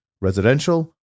residential